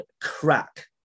crack